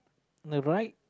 the right